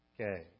Okay